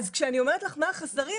כשאני אומרת לך מה החוסרים,